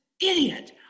idiot